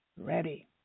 ready